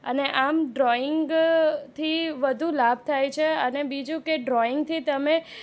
અને આ એમ ડ્રોઈંગથી વધુ લાભ થાય છે અને બીજું કે ડ્રોઈંગથી તમે